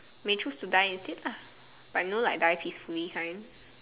may choose to die instead lah like know like die peacefully kind